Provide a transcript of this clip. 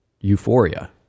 euphoria